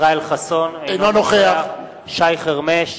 אינו נוכח שי חרמש,